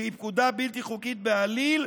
שהיא פקודה בלתי חוקית בעליל,